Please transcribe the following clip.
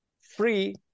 free